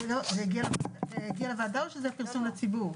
זה הגיע לוועדה או שזה פרסום לציבור?